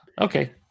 Okay